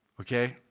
okay